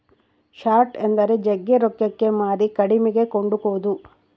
short ಎಂದರೆ ಜಗ್ಗಿ ರೊಕ್ಕಕ್ಕೆ ಮಾರಿ ಕಡಿಮೆಗೆ ಕೊಂಡುಕೊದು